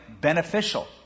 beneficial